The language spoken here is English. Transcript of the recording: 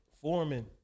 Foreman